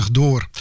door